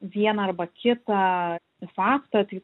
vieną arba kitą faktą tai